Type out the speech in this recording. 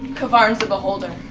k'varn's a beholder.